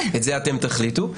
את זה אתם תחליטו.